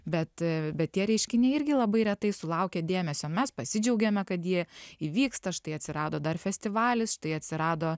bet a bet tie reiškiniai irgi labai retai sulaukia dėmesio mes pasidžiaugiame kad jie įvyksta štai atsirado dar festivalis štai atsirado